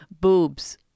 Boobs